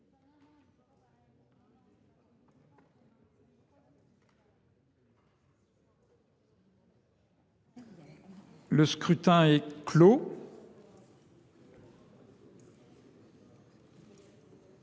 Le scrutin est clos.